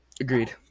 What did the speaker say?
Agreed